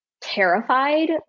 terrified